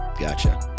gotcha